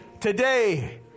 Today